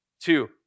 Two